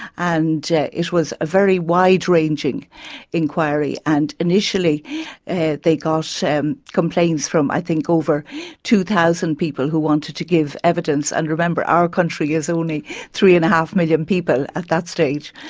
and yeah it was a very wide-ranging inquiry. and initially they got so um complaints from i think over two thousand people who wanted to give evidence. and remember, our country is only three. and five million people at that stage.